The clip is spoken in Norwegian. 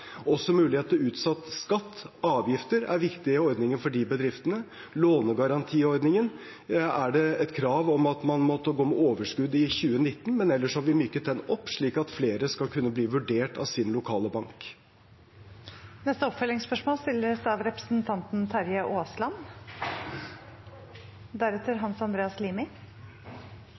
Også muligheten til å utsette skatter og avgifter er viktige ordninger for de bedriftene. For lånegarantiordningen er det et krav om at man måtte gå med overskudd i 2019, men ellers har vi myket den opp, slik at flere skal kunne bli vurdert av sin lokale bank. Terje Aasland – til oppfølgingsspørsmål.